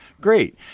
Great